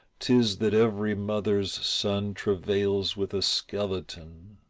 tis that every mother's son travails with a skeleton.